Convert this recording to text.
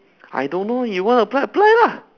I don't know you want to apply apply lah